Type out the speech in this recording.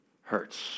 hurts